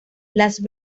las